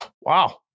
wow